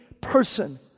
person